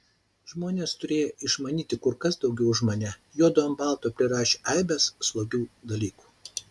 žmonės turėję išmanyti kur kas daugiau už mane juodu ant balto prirašė aibes slogių dalykų